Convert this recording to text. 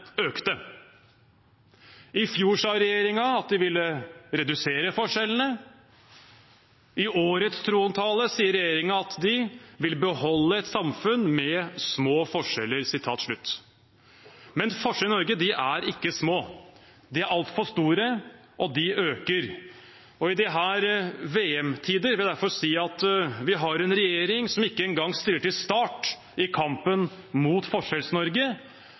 økte. I fjor sa regjeringen at de ville redusere forskjellene. I årets trontale sier regjeringen at de «vil beholde et samfunn med små forskjeller». Men forskjellene i Norge er ikke små, de er altfor store, og de øker. I disse VM-tider vil jeg derfor si at vi har en regjering som ikke engang stiller til start i kampen mot